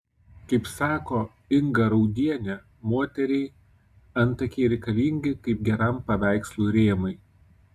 kaip sako inga raudienė moteriai antakiai reikalingi kaip geram paveikslui rėmai